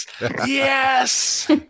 yes